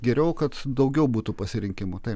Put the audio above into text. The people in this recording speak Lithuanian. geriau kad daugiau būtų pasirinkimų taip